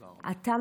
אתה,